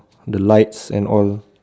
oh the lights and all